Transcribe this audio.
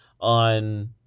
on